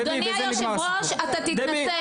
אדוני היושב-ראש,, אתה תתנצל.